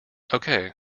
okay